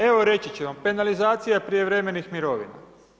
Evo reći ću vam, penalizacija prijevremenih mirovina.